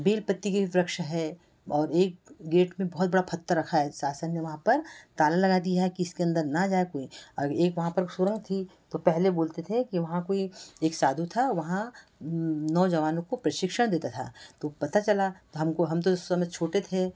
bell पत्ती के भी वृक्ष हैं और एक गेट में बहुत बड़ा पत्थर रखा है शासन ने वहाँ पर ताला लगा दिया है कि इसके अंदर ना जाए कोई और एक वहाँ पर सोरा थी तो पहले बोलते थे कि वहाँ कोई एक साधु था वहाँ नौजवानों को प्रशिक्षण देता था तो पता चला तो हमको हम तो उस समय छोटे थे